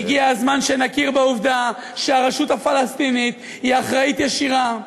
הגיע הזמן שנכיר בעובדה שהרשות הפלסטינית היא אחראית ישירה.